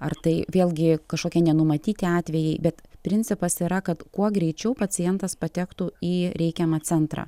ar tai vėlgi kažkokie nenumatyti atvejai bet principas yra kad kuo greičiau pacientas patektų į reikiamą centrą